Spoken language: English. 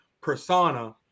persona